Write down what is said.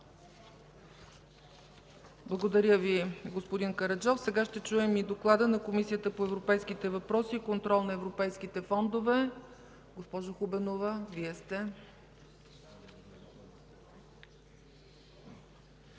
Благодаря Ви, господин Караджов. Сега ще чуем доклада на Комисията по европейските въпроси и контрол на европейските фондове. Госпожо Хубенова, заповядайте.